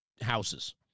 houses